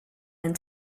and